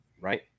Right